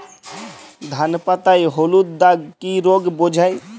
ধান পাতায় হলুদ দাগ কি রোগ বোঝায়?